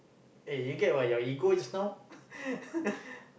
eh you get about your ego just now